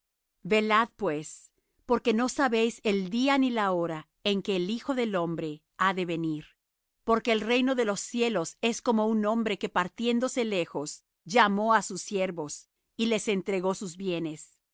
velad pues porque no sabéis el día ni la hora en que el hijo del hombre ha de venir porque el reino de los cielos es como un hombre que partiéndose lejos llamó á sus siervos y les entregó sus bienes